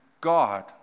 God